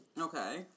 Okay